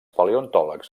paleontòlegs